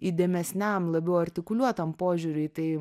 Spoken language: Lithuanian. įdėmesniam labiau artikuliuotam požiūriui į tai